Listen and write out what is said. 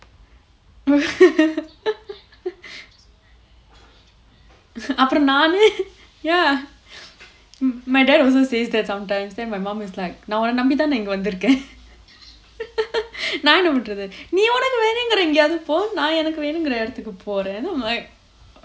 அப்புறம் நானு:appuram naanu ya my dad also says that sometimes then my mum is like நான் உன்ன நம்பி தானே இங்க வந்துருக்கேன் நான் என்ன பண்றது நீ உனக்கு வேணும்ங்கிற எங்கயாவது போ நான் எனக்கு வேணும்ங்கிற இடத்துக்கு போறேன்:naan unna nambi thaanae inga vanthurukkaen naan enna pandrathu nee uankku venumgira engayaathu po naan enakku venumgira idathukku poraen